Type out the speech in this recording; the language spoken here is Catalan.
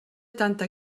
tanta